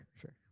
Sure